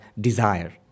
desire